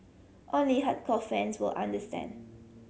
only hardcore fans will understand